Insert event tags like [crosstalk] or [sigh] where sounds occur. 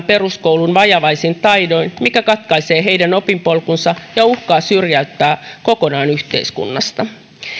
[unintelligible] peruskoulun vajavaisin taidoin mikä katkaisee heidän opinpolkunsa ja uhkaa syrjäyttää kokonaan yhteiskunnasta